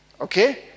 Okay